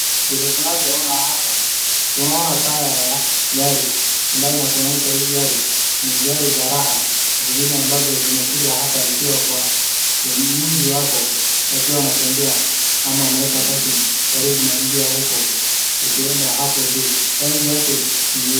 Vile tunavyoona hapa tunaona taya ya gari ambayo inatuonyesha hii gari ni gari za raha zingine ambazo zimekuja hapa ikiwa kwa mji wako akiwa anatembea ama ameweka parking karibu na jia huko. Ikienda hapo juu rangi yake ni nyeusi.